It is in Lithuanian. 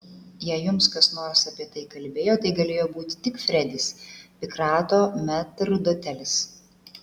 jei jums kas nors apie tai kalbėjo tai galėjo būti tik fredis pikrato metrdotelis